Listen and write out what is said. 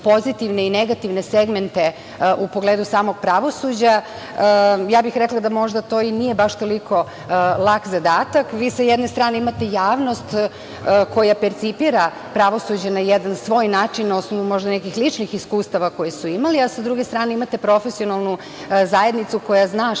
i negativne segmente u pogledu samog pravosuđa, ja bih rekla da možda to i nije baš toliko lak zadatak. Vi sa jedne strane imate javnost koja percipira pravosuđe na jedan svoj način, na osnovu možda nekih ličnih iskustava koje su imali, a sa druge strane imate profesionalnu zajednicu koja zna šta